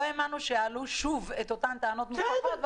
לא האמנו שיעלו שוב את אותן טענות מופרכות,